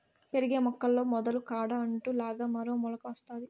పెరిగే మొక్కల్లో మొదలు కాడ అంటు లాగా మరో మొలక వత్తాది